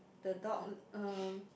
the dog um